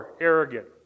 Arrogant